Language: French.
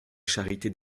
charité